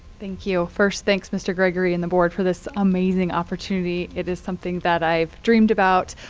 thank you. first, thanks mr. gregory and the board for this amazing opportunity. it is something that i've dreamed about,